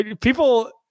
People